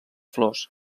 flors